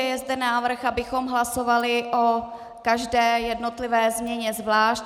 Je zde návrh, abychom hlasovali o každé jednotlivé změně zvlášť.